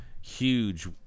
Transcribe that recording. huge